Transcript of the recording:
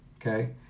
okay